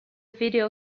video